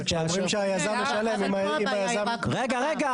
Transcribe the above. אבל, המדינה --- רגע.